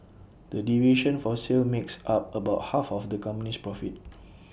the division for sale makes up about half of the company's profit